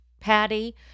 Patty